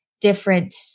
different